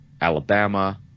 Alabama